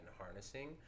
harnessing